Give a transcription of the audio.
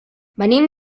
venim